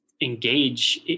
engage